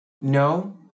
No